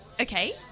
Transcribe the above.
Okay